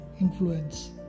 influence